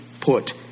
put